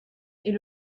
est